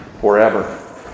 forever